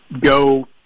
go